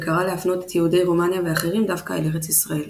וקרא להפנות את יהודי רומניה ואחרים דווקא אל ארץ ישראל.